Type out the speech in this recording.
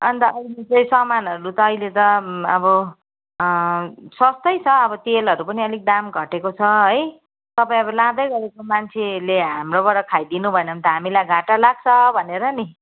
अन्त अहिले चाहिँ सामानहरू त अहिले त अब सस्तै छ अब तेलहरू पनि अलिक दाम घटेको छ है तपाईँ अब लाँदैगरेको मान्छेले हाम्रोबाट खाइदिनु भएन भने त हामीलाई घाटा लाग्छ भनेर नि